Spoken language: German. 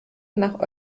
nach